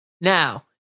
now